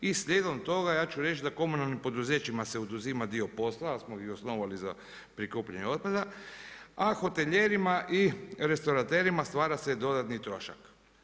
I slijedom toga ja ću reći da komunalnim poduzećima se oduzima dio posla, ali smo osnovali za prikupljanje otpada, a hotelijerima i restauraterima stvara se dodatni trošak.